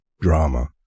drama